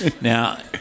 Now